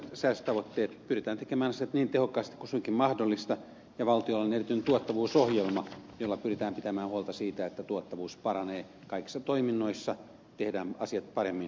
pyritään tekemään se niin tehokkaasti kuin suinkin mahdollista ja valtiolla on erityinen tuottavuusohjelma jolla pyritään pitämään huolta siitä että tuottavuus paranee kaikissa toiminnoissa tehdään asiat paremmin tehokkaammin